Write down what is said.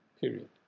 Period